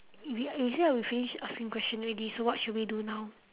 we say we finish asking questions already so what should we do now